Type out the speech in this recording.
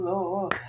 Lord